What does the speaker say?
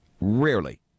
Rarely